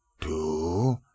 two